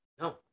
no